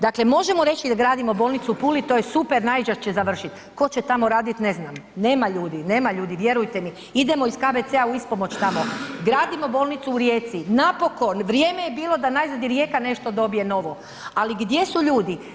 Dakle, možemo reći da gradimo bolnicu u Puli, to je super najzad će završit, tko će tamo radit, ne znam, nema ljudi, nema ljudi vjerujte mi, idemo iz KBC u ispomoć tamo, gradimo bolnicu u Rijeci, napokon, vrijeme je bilo da najzad i Rijeka dobije nešto novo, ali gdje su ljudi.